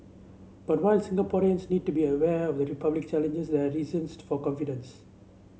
but while Singaporeans need to be aware of the republic challenges they are reasons for confidence